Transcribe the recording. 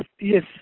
Yes